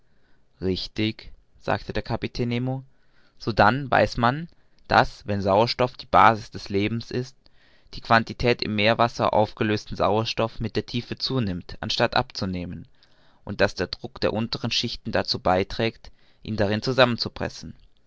richtig sagte der kapitän sodann weil man weiß daß wenn sauerstoff die basis des lebens ist die quantität im meerwasser aufgelösten sauerstoffs mit der tiefe zunimmt anstatt abzunehmen und daß der druck der unteren schichten dazu beiträgt ihn darin zusammen